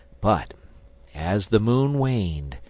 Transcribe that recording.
but as the moon waned,